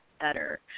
better